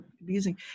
abusing